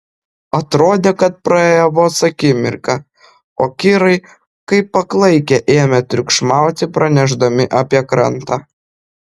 atrodė kad praėjo vos akimirka o kirai kaip paklaikę ėmė triukšmauti pranešdami apie krantą